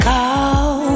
Call